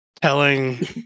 telling